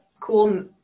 cool